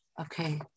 Okay